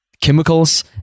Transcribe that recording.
chemicals